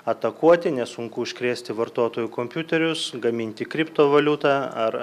atakuoti nesunku užkrėsti vartotojų kompiuterius gaminti kriptovaliutą ar